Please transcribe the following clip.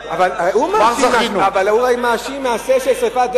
אם הוא היה מוחה,